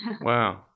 Wow